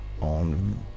on